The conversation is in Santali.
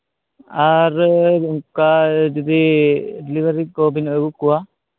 ᱟᱨ ᱚᱱᱠᱟ ᱡᱩᱫᱤ ᱰᱤᱞᱤᱵᱷᱟᱨᱤ ᱠᱚᱵᱮᱱ ᱟᱹᱜᱩ ᱠᱚᱣᱟ